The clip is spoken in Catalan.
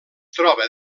troba